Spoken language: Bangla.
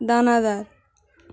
দানাদার